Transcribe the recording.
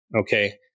Okay